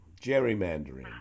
gerrymandering